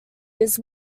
his